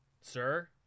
sir